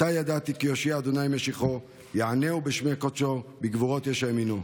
עתה ידעתי כי הושיע ה' משיחו יענהו משמי קדשו בגברות ישע ימינו.